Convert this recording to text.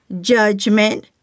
judgment